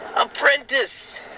apprentice